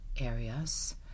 areas